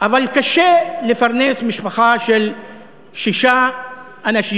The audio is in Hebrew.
אבל קשה לפרנס משפחה של שישה אנשים: